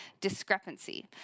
discrepancy